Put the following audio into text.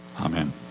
Amen